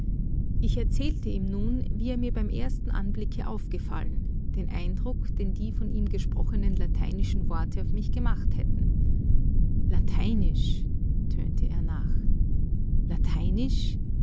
ich erzählte ihm nun wie er mir beim ersten anblicke aufgefallen den eindruck den die von ihm gesprochenen lateinischen worte auf mich gemacht hätten lateinisch tönte er nach lateinisch